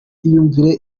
iyumvire